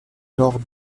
nord